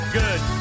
good